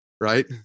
right